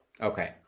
Okay